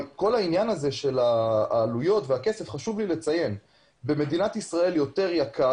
אבל חשוב לי לציין שבמדינת ישראל בשר החזיר יותר יקר,